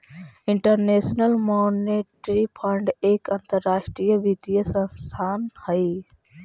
international Monetary Fund एक अंतरराष्ट्रीय वित्तीय संस्थान हई